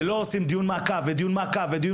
ולא עושים דיון מעקב ועוד דיון מעקב,